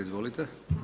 Izvolite.